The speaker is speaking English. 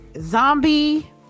Zombie